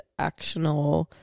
actional